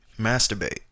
Masturbate